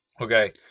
Okay